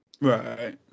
Right